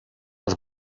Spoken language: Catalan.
els